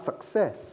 success